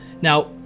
Now